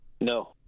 No